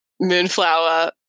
Moonflower